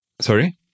Sorry